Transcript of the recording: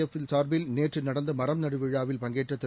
எப்சார்பில்இன்றுநடந்தமரம்நடுவிழாவில்பங்கேற்றதிரு